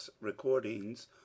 recordings